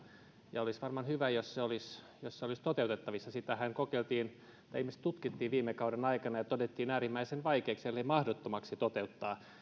ja olisi varmaan hyvä jos se olisi toteutettavissa sitähän kokeiltiin tai ilmeisesti tutkittiin viime kauden aikana ja todettiin äärimmäisen vaikeaksi ellei mahdottomaksi toteuttaa